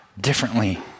differently